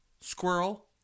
squirrel